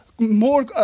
more